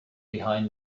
behind